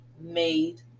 made